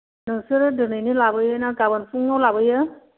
नोंसोरो दिनैनो लाबोयोना गाबोन फुङाव लाबोयो